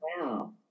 wow